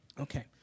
Okay